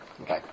Okay